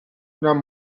اونم